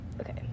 Okay